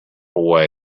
away